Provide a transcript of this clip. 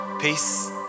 peace